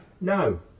No